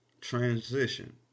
transition